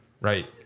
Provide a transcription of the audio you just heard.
Right